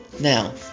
Now